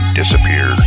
disappear